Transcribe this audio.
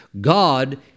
God